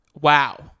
Wow